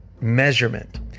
measurement